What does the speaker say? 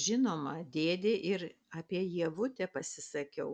žinoma dėdei ir apie ievutę pasisakiau